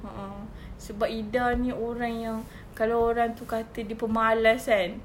a'ah sebab ida ini orang yang kalau orang itu kata dia pemalas kan